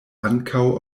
ankaŭ